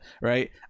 right